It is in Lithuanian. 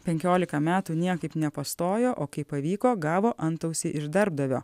penkiolika metų niekaip nepastojo o kai pavyko gavo antausį iš darbdavio